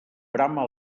brama